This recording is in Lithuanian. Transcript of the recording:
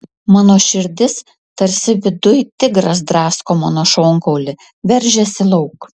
mano širdis tarsi viduj tigras drasko mano šonkaulį veržiasi lauk